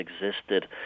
existed